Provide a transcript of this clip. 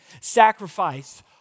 sacrifice